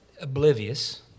oblivious